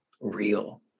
real